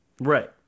Right